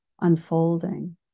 unfolding